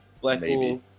Blackpool